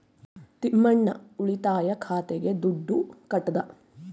ತಿಮ್ಮಣ್ಣ ಉಳಿತಾಯ ಖಾತೆಗೆ ದುಡ್ಡು ಕಟ್ಟದ